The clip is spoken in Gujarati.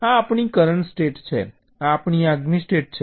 આ આપણી કરંટ સ્ટેટ છે આ આપણી આગામી સ્ટેટ છે